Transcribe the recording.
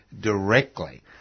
directly